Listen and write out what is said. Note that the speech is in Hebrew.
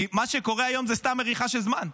כי מה שקורה היום זה סתם מריחה של זמן.